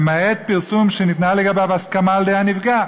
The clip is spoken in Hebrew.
למעט פרסום שניתנה לגביו הסכמה על-ידי הנפגע